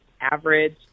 average